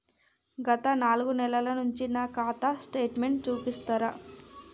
గత నాలుగు నెలల నుంచి నా ఖాతా స్టేట్మెంట్ చూపిస్తరా?